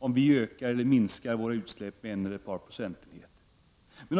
om vi ökar eller minskar våra utsläpp en eller ett par procentenheter.